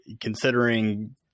considering